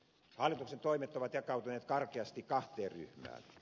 hallituksen toimet ovat jakautuneet karkeasti kahteen ryhmään